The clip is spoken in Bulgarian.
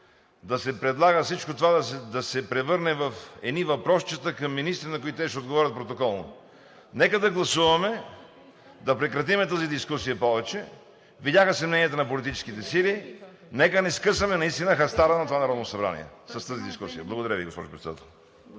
да се предлага всичко това, да се превърне в едни въпросчета към министри, на които те ще отговорят протоколно. Нека да гласуваме да прекратим тази дискусия. Видяха се мненията на политическите сили. Нека не скъсаме наистина хастара на това Народно събрание с тази дискусия. Благодаря Ви, госпожо Председател.